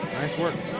nice work.